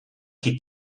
qui